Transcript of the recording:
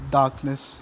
darkness